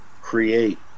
create